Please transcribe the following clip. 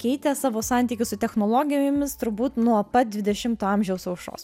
keitė savo santykius su technologijomis turbūt nuo pat dvidešimto amžiaus aušros